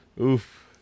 Oof